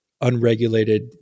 unregulated